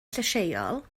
llysieuol